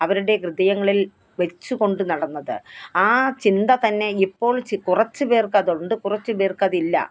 അവരുടെ ഹൃദയങ്ങളില് വെച്ചുകൊണ്ട് നടന്നത് ആ ചിന്ത തന്നെ ഇപ്പോള് കുറച്ച് പേര്ക്കതുണ്ട് കുറച്ച് പേര്ക്കതില്ല